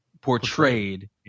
portrayed